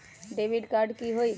Debit card की होई?